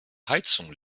heizung